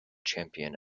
champion